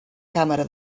càmera